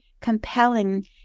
compelling